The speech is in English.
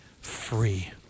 free